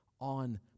on